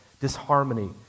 disharmony